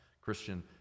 Christian